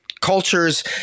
cultures